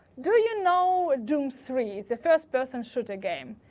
do you know doom three? it's a first-person shooter game.